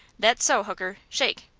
that's so, hooker. shake!